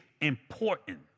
important